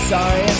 Sorry